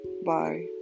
Bye